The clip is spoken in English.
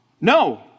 No